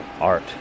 art